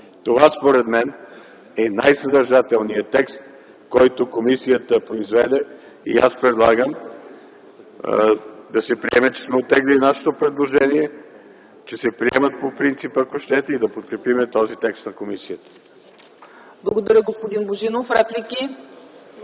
Това според мен е най-съдържателният текст, който комисията произведе, и аз предлагам да се приеме, че сме оттеглили нашето предложение, че се приемат по принцип, ако щете, и да подкрепим този текст на комисията. ПРЕДСЕДАТЕЛ ЦЕЦКА ЦАЧЕВА: Благодаря, господин Божинов. Реплики?